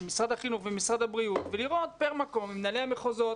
של משרד החינוך ומשרד הבריאות ולראות פר מקום עם מנהלי המחוזות